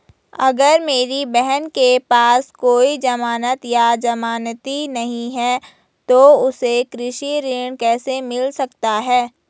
अगर मेरी बहन के पास कोई जमानत या जमानती नहीं है तो उसे कृषि ऋण कैसे मिल सकता है?